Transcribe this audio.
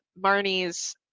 Marnie's